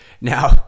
Now